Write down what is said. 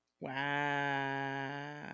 Wow